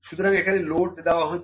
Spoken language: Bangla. সুতরাং এখানে লোড দেওয়া হচ্ছে